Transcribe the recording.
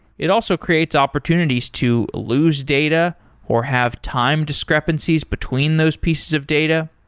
it also creates opportunities to lose data or have time discrepancies between those pieces of data.